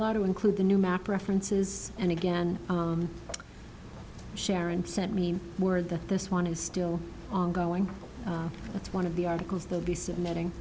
law to include the new map references and again sharon sent me word that this one is still ongoing that's one of the articles they'll be submitting